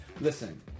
Listen